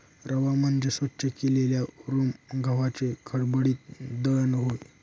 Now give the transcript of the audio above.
रवा म्हणजे स्वच्छ केलेल्या उरम गव्हाचे खडबडीत दळण होय